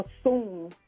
assume